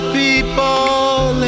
people